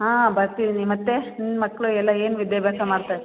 ಹಾಂ ಬರ್ತಿದ್ದೀನಿ ಮತ್ತೆ ನಿನ್ನ ಮಕ್ಳು ಎಲ್ಲ ಏನು ವಿದ್ಯಾಭ್ಯಾಸ ಮಾಡ್ತಾರೆ